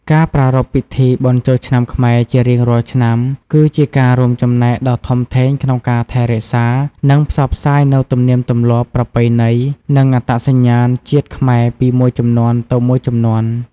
ការប្រារព្ធពិធីបុណ្យចូលឆ្នាំខ្មែរជារៀងរាល់ឆ្នាំ គឺជាការរួមចំណែកដ៏ធំធេងក្នុងការថែរក្សា និងផ្សព្វផ្សាយនូវទំនៀមទម្លាប់ ប្រពៃណី និងអត្តសញ្ញាណជាតិខ្មែរពីមួយជំនាន់ទៅមួយជំនាន់។